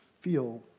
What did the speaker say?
feel